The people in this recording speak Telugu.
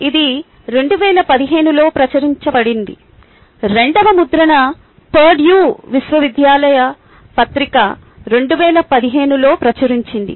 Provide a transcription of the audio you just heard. ఇది 2015 లో ప్రచురించబడింది రెండవ ముద్రణ పర్డ్యూ విశ్వవిద్యాలయ పత్రిక 2015 లో ప్రచురించింది